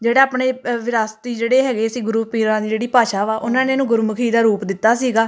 ਜਿਹੜਾ ਆਪਣੇ ਅ ਵਿਰਾਸਤੀ ਜਿਹੜੇ ਹੈਗੇ ਸੀ ਗੁਰੂ ਪੀਰਾਂ ਦੀ ਜਿਹੜੀ ਭਾਸ਼ਾ ਵਾ ਉਹਨਾਂ ਨੇ ਇਹਨੂੰ ਗੁਰਮੁਖੀ ਦਾ ਰੂਪ ਦਿੱਤਾ ਸੀਗਾ